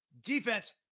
defense